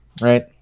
right